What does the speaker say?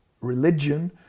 religion